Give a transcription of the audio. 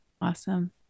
Awesome